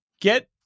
Get